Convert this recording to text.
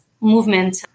movement